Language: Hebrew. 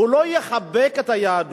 הוא לא יחבק את היהדות.